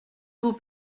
vous